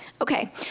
okay